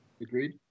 Agreed